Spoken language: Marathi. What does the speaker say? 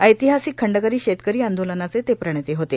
ऐतिहासिक खंडकरी शेतकरी आंदोलनाचे ते प्रणेते होते